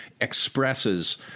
expresses